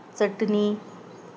चटणी